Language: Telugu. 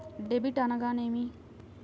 డెబిట్ అనగానేమి?